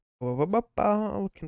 Looking